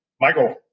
michael